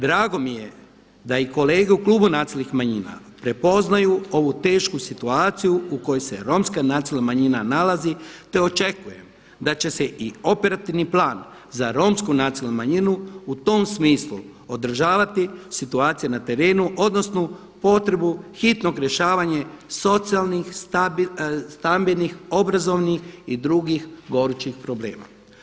Drago mi je da i kolege u klubu Nacionalnih manjina prepoznaju ovu tešku situaciju u kojoj se romska nacionalna manjina nalazi te očekujem da će se i operativni plan za Romsku nacionalnu manjinu u tom smislu održavati situacije na terenu odnosno potrebu hitnog rješavanja socijalnih, stambenih, obrazovnih i drugih gorućih problema.